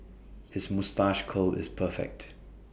his moustache curl is perfect